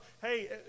hey